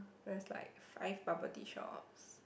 there is like five bubble tea shops